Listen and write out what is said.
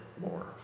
more